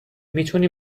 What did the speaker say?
میتونی